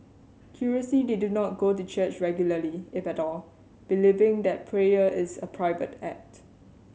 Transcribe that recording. curiously they do not go to church regularly if at all believing that prayer is a private act